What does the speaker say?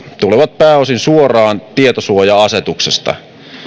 tulevat pääosin suoraan tietosuoja asetuksesta